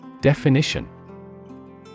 Definition